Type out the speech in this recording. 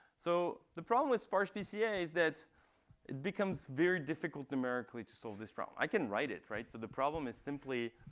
so the problem with sparse pca is that it becomes very difficult numerically to solve this problem. i can write it. so the problem is simply